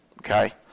Okay